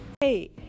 hey